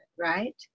right